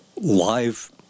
live